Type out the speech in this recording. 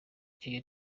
kenya